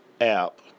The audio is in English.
app